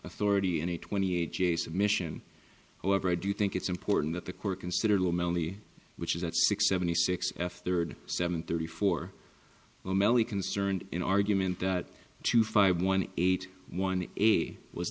authority in a twenty eight j submission however i do think it's important that the court considered which is that six seventy six f third seven thirty four o'malley concerned in argument that two five one eight one eight was